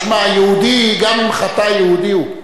תשמע, יהודי, גם אם חטא, יהודי הוא.